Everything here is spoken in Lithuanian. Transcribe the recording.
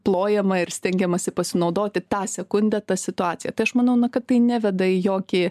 plojama ir stengiamasi pasinaudoti tą sekundę ta situacija tai aš manau na kad tai neveda į jokį